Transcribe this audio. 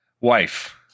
wife